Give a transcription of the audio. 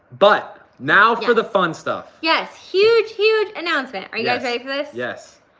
but now for the fun stuff. yes, huge, huge announcement. are you guys ready for this? yes.